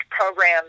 program